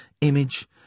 image